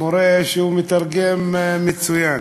מורה שהוא מתרגם מצוין,